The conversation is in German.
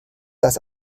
das